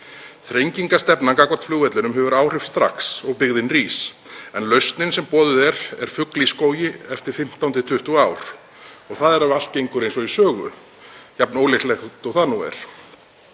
þrengingar. Stefna gagnvart flugvellinum hefur áhrif strax og byggðin rís, en lausnin sem boðuð er er fugl í skógi eftir 15–20 ár, og það er ef allt gengur, eins og í sögu, jafn ólíklegt og það nú er.